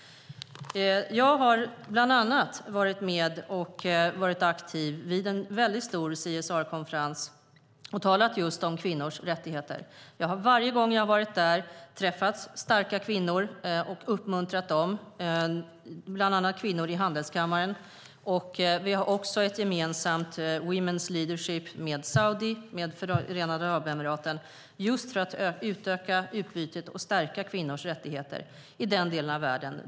Jag har bland annat varit med och varit aktiv vid en väldigt stor CSR-konferens och talat just om kvinnors rättigheter. Jag har varje gång jag har varit där träffat starka kvinnor och uppmuntrat dem, bland annat kvinnor i handelskammaren. Vi har också ett gemensamt Women's Leadership med Saudiarabien och Förenade Arabemiraten just för att öka utbytet och stärka kvinnors rättigheter i den delen av världen.